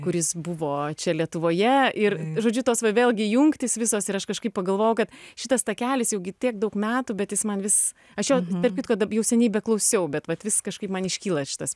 kuris buvo čia lietuvoje ir žodžiu tos va vėlgi jungtys visos ir aš kažkaip pagalvojau kad šitas takelis jau tiek daug metų bet jis man vis aš jo tarp kitko jau seniai beklausiau bet vat vis kažkaip man iškyla šitas